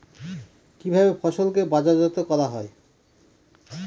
কিভাবে ফসলকে বাজারজাত করা হয়?